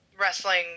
wrestling